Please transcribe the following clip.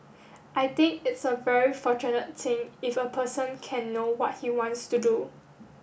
I think it's a very fortunate thing if a person can know what he wants to do